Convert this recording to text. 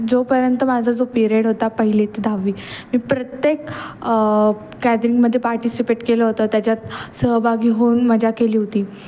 जोपर्यंत माझा जो पिरियड होता पहिली ते दहावी मी प्रत्येक गॅदरिंगमध्ये पार्टिसिपेट केलं होतं त्याच्यात सहभागी होऊन मजा केली होती